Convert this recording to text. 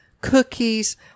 cookies